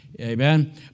Amen